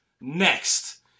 Next